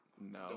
no